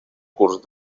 curs